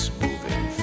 moving